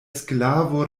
sklavo